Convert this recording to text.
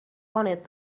wanted